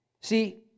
See